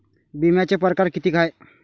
बिम्याचे परकार कितीक हाय?